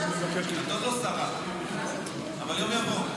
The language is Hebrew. אה, חשבתי, את עוד לא שרה, אבל יום יבוא.